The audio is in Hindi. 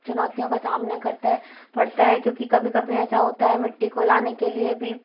चुनौतियों का सामना करता है पड़ता है क्योंकि कभी कभी ऐसा होता है मिट्टी को लाने के लिए भी